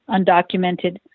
undocumented